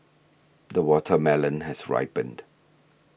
the watermelon has ripened